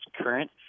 current